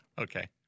Okay